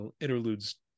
interludes